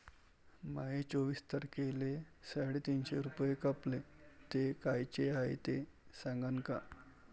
माये चोवीस तारखेले साडेतीनशे रूपे कापले, ते कायचे हाय ते सांगान का?